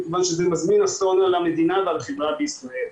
כיוון שזה מזמין אסון על המדינה ועל החברה בישראל.